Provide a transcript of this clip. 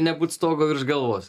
nebūt stogo virš galvos